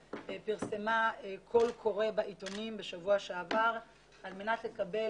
פרסמה בשבוע שעבר קול קורא בעיתונים על מנת גם לקבל